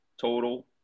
total